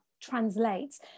translates